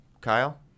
Kyle